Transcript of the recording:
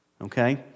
okay